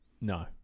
No